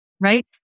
right